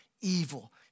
evil